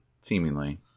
seemingly